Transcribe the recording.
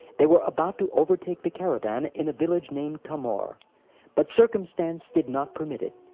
they were about to overtake the caravan in a village named tamar, but circumstance did not permit it.